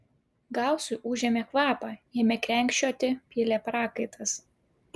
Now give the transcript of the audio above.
gausui užėmė kvapą ėmė krenkščioti pylė prakaitas